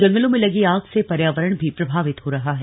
जंगलों में लगी आग से पर्यावरण भी प्रभावित हो रहा है